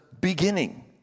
beginning